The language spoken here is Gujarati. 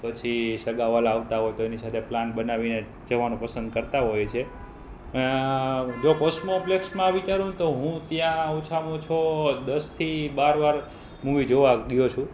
પછી સગાંવહાલાં આવતા હોય તો એની સાથે પ્લાન બનાવીને જવાનું પસંદ કરતા હોય છે જો કોસમોપ્લેક્ષમાં વિચારું ને તો હું ત્યાં ઓછામાં ઓછો દસથી બાર વાર મૂવી જોવા ગયો છું